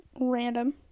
Random